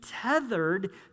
tethered